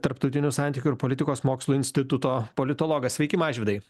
tarptautinių santykių ir politikos mokslų instituto politologas sveiki mažvydai